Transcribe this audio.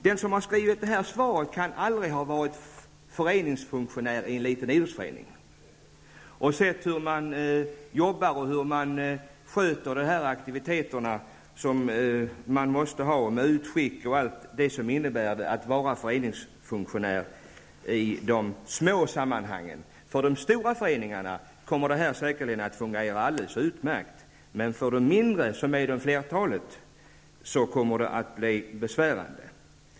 Den som har skrivit interpellationssvaret kan aldrig ha varit föreningsfunktionär i en liten idrottsförening och sett hur man sköter olika aktiviteter med utskick och allt vad det innebär. För de stora föreningarna kommer detta säkerligen att fungera alldeles utmärkt. Men för de mindre, som utgör flertalet, kommer det att bli besvärande.